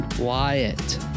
Wyatt